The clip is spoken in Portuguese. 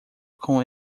com